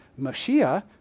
Mashiach